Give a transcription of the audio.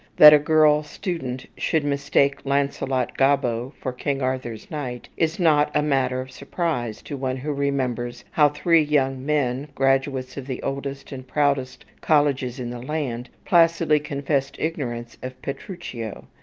that a girl student should mistake launcelot gobbo for king arthur's knight is not a matter of surprise to one who remembers how three young men, graduates of the oldest and proudest colleges in the land, placidly confessed ignorance of petruchio.